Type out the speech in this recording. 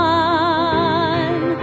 one